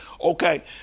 okay